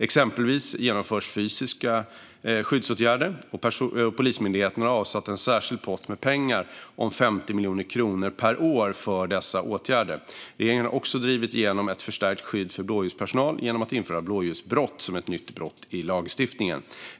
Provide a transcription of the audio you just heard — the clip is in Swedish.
Exempelvis genomförs fysiska skyddsåtgärder, och Polismyndigheten har avsatt en särskild pott med pengar om 50 miljoner kronor per år för dessa åtgärder. Regeringen har också drivit igenom ett förstärkt skydd för blåljuspersonal genom att införa blåljusbrott som ett nytt brott i lagstiftningen.